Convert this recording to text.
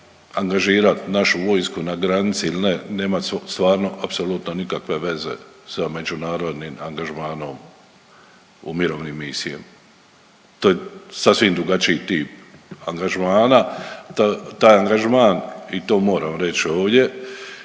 angažirat našu vojsku na granici il ne nema stvarno apsolutno nikakve veze sa međunarodnim angažmanom u mirovnim misijama, to je sasvim drugačiji tim angažmana. Taj angažman i to moram reć ovdje,